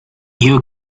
you